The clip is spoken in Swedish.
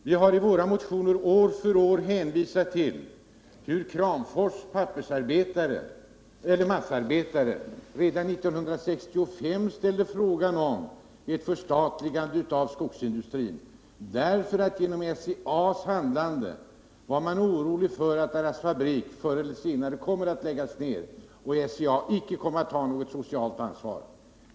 Vi har i våra motioner år för år hänvisat till hur Kramfors massaarbetare redan 1965 tog upp frågan om ett förstatligande av skogsindustrin därför att man genom SCA:s handlande var orolig för att deras fabrik förr eller senare skulle komma att läggas ned och att SCA icke skulle komma att ta något socialt ansvar.